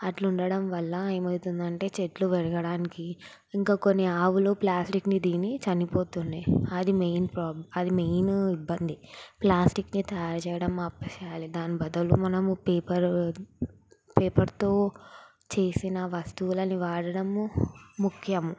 అట్లా ఉండటం వల్ల ఏమవుతుందంటే చెట్లు పెరగడానికి ఇంకా కొన్ని ఆవులు ప్లాస్టిక్ని తిని చనిపోతున్నాయి అది మెయిన్ ప్రాబ అది మెయిన్ ఇబ్బంది ప్లాస్టిక్ని తయారు చేయడం ఆపేసేయాలి దానికి బదులు మనము పేపర్ పేపర్తో చేసిన వస్తువులను వాడటము ముఖ్యము